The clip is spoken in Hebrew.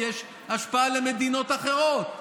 כי יש השפעה על מדינות אחרות.